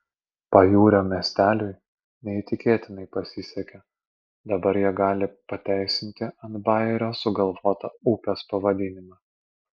pajūrio miesteliui neįtikėtinai pasisekė dabar jie gali pateisinti ant bajerio sugalvotą upės pavadinimą